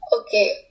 Okay